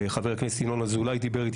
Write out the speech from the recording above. וחבר הכנסת ינון אזולאי דיבר איתי